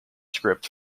script